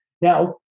Now